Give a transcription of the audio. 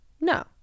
no